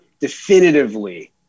definitively